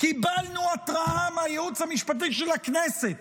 קיבלנו התראה מהייעוץ המשפטי של הכנסת